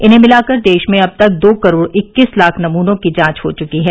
इन्हें मिलाकर देश में अब तक दो करोड़ इक्कीस लाख नमूनों की जांच हो चुकी है